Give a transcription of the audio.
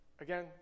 Again